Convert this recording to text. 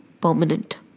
permanent